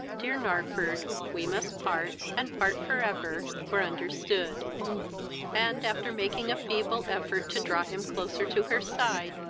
dear narford, we must part, and part for ever! were understood and, after making a feeble effort to draw him closer to her side,